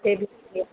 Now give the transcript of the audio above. हुते बि